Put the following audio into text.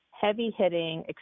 heavy-hitting